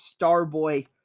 Starboy